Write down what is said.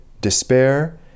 despair